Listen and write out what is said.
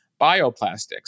bioplastics